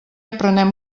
aprenem